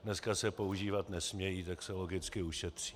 Dneska se používat nesmějí, tak se logicky ušetří.